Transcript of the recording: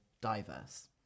diverse